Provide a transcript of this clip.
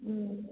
ಹ್ಞೂ